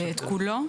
את כולו.